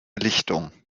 lichtung